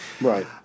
Right